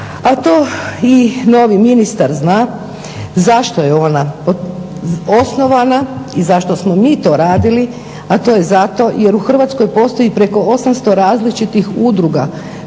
a to i novi ministar zna zašto je ona osnovana i zašto smo mi to radili, a to je zato jer u Hrvatskoj postoji preko 800 različitih udruga